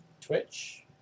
Twitch